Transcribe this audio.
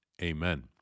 Amen